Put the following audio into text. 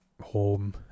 home